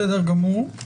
בסדר גמור.